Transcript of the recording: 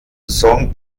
song